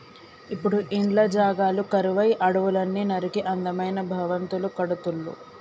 ఇప్పుడు ఇండ్ల జాగలు కరువై అడవుల్ని నరికి అందమైన భవంతులు కడుతుళ్ళు